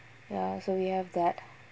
ya so we have that